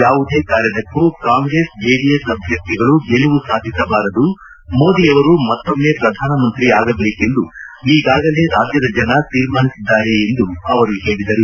ಯಾವುದೇ ಕಾರಣಕ್ಕೂ ಕಾಂಗ್ರೆಸ್ ಜೆಡಿಎಸ್ ಆಧ್ವರ್ಥಿಗಳು ಗೆಲುವು ಸಾಧಿಸಬಾರದು ಮೋದಿಯವರು ಮತ್ತೊಮ್ನ ಪ್ರಧಾನಿ ಆಗಬೇಕೆಂದು ಈಗಾಗಲೇ ರಾಜ್ಜದ ಜನ ತೀರ್ಮಾನಿಸಿದ್ದಾರೆ ಎಂದು ಅವರು ಹೇಳಿದರು